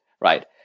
right